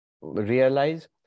realize